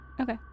Okay